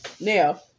Now